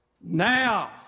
now